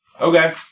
okay